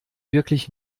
wirklich